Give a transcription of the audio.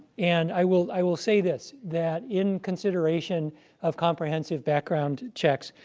and i will i will say this. that in consideration of comprehensive background checks,